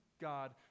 God